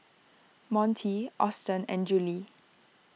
Monty Austen and Juli